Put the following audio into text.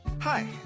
Hi